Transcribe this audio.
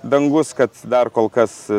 dangus kad dar kol kas